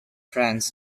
friends